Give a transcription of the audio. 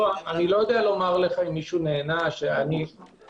אני לא יודע לומר לך את זה.